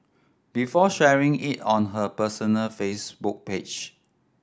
before sharing it on her personal Facebook page